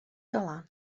dylan